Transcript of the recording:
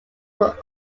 were